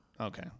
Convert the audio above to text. Okay